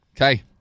Okay